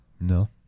No